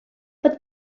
but